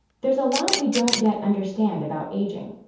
there's a lot we don't yet understand about aging.